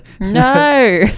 No